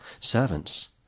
Servants